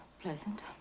pleasant